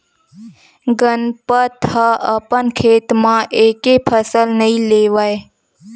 गनपत ह अपन खेत म एके फसल नइ लेवय